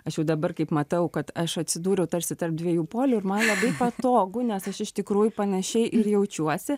aš jau dabar kaip matau kad aš atsidūriau tarsi tarp dviejų polių ir man labai patogu nes aš iš tikrųjų panašiai ir jaučiuosi